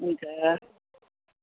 हुन्छ